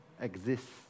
exists